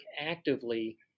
actively